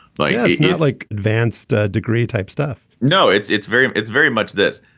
like yeah it's not like advanced ah degree type stuff no, it's it's very it's very much this.